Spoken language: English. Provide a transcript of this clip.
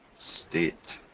state,